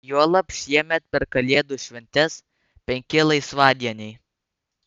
juolab šiemet per kalėdų šventes penki laisvadieniai